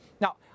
Now